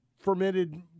fermented